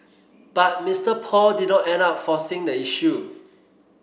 but Mister Paul did not end up forcing the issue